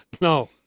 No